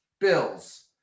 Bills